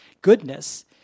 Goodness